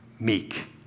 meek